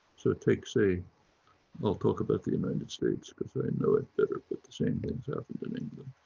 so it takes a i'll talk about the united states because they know it better. but the same things happened in england.